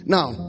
Now